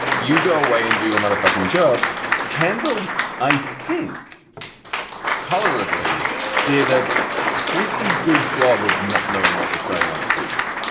you go away and do your mother fucking job kendall i think culturally did a pretty good job of not knowing what was going on cruises.